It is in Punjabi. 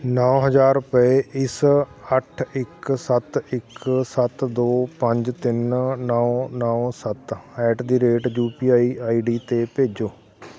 ਨੌ ਹਜ਼ਾਰ ਰੁਪਏ ਇਸ ਅੱਠ ਇੱਕ ਸੱਤ ਇੱਕ ਸੱਤ ਦੋ ਪੰਜ ਤਿੰਨ ਨੌ ਨੌ ਸੱਤ at the rate U P I I D 'ਤੇ ਭੇਜੋ